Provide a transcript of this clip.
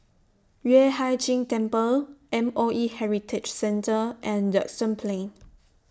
Yueh Hai Ching Temple M O E Heritage Centre and Duxton Plain